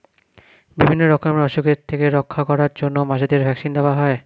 বিভিন্ন রকমের অসুখের থেকে রক্ষা করার জন্য মাছেদের ভ্যাক্সিন দেওয়া হয়